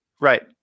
Right